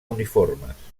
uniformes